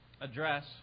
address